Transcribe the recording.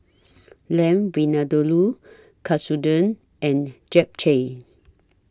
Lamb Vindaloo Katsudon and Japchae